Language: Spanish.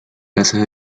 casas